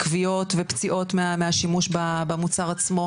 כוויות ופציעות מהשימוש במוצר עצמו.